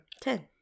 Ten